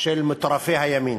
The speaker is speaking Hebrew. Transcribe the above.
של מטורפי הימין.